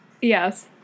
Yes